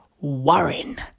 Warren